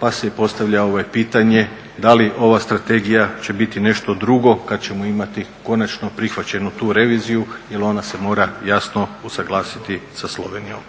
Pa se postavlja pitanje da li ova strategija će biti nešto drugo kada ćemo imati konačno prihvaćenu tu reviziju jel ona se mora jasno usuglasiti sa Slovenijom.